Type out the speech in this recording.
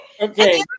Okay